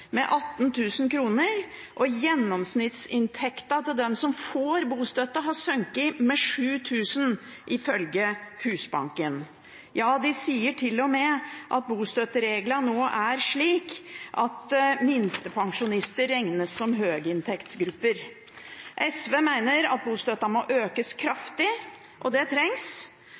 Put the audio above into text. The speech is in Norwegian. med 18 000 kr og gjennomsnittsinntekten til dem som får bostøtte, har sunket med 7 000 kr – ifølge Husbanken. Ja, de sier til og med at bostøttereglene nå er slik at minstepensjonister regnes som en høyinntektsgruppe. SV mener at bostøtten må økes kraftig. Det trengs,